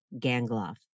Gangloff